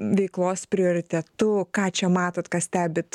veiklos prioritetu ką čia matot ką stebit